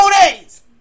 days